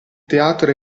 teatro